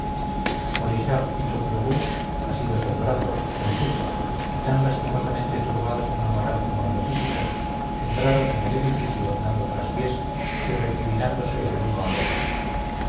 molichard y tourlourou asidos del brazo confusos y tan lastimosamente turbados en lo moral como en lo físico entraron en el edificio dando traspiés y recriminándose el uno al otro